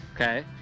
Okay